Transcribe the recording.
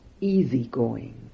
easygoing